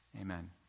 Amen